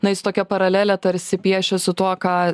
na jis tokią paralelę tarsi piešia su tuo ką